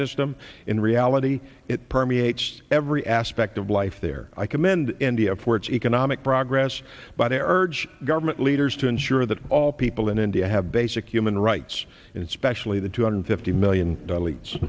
system in reality it permeates every aspect of life there i commend india for its economic progress but i urge government leaders to ensure that all people in india have basic human rights and especially the two hundred fifty million d